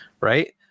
Right